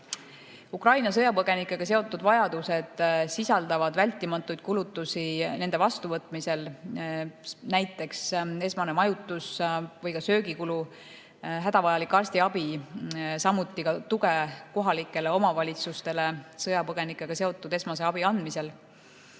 Ukraina sõjapõgenikega seotud vajadused sisaldavad vältimatuid kulutusi nende vastuvõtmisel, näiteks esmane majutus või ka söögikulu, hädavajalik arstiabi, samuti tuge kohalikele omavalitsustele sõjapõgenikega seotud esmase abi andmisel.